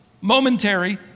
momentary